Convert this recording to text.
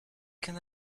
can